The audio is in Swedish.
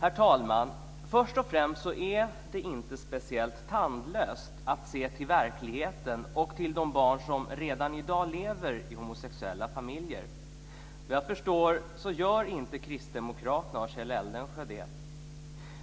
Herr talman! Först och främst är det inte speciellt tandlöst att se till verkligheten och till de barn som redan i dag lever i homosexuella familjer. Såvitt jag förstår gör inte kristdemokraterna och Kjell Eldensjö det.